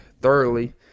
thoroughly